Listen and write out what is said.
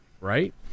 right